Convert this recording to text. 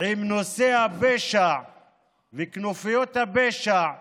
עם נושא הפשע וכנופיות הפשע והאלימות,